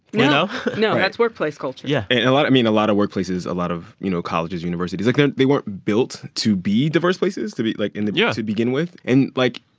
you know. no. right. that's workplace culture yeah yeah and a lot, i mean, a lot of workplaces, a lot of, you know, colleges, universities like, they they weren't built to be diverse places to be, like, in the. yeah. to begin with. and, like,